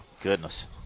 Goodness